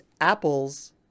apples